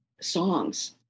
songs